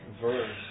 verse